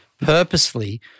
purposely